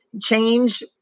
Change